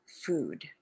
food